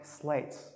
slates